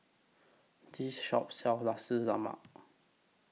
This Shop sells Nasi Lemak